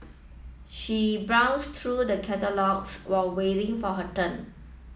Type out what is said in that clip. she browsed through the catalogues while waiting for her turn